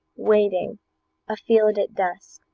waiting afield at dusk